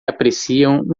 apreciam